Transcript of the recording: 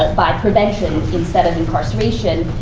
but by prevention, instead of incarceration.